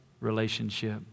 relationship